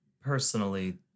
personally